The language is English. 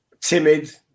timid